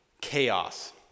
CHAOS